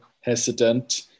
hesitant